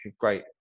Great